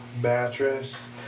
mattress